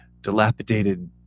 dilapidated